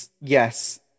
yes